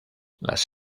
las